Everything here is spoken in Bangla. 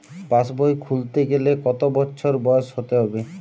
পাশবই খুলতে গেলে কত বছর বয়স হতে হবে?